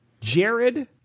Jared